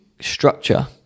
structure